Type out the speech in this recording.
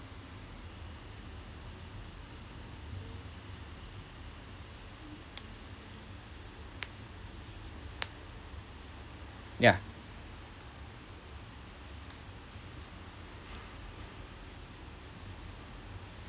yeah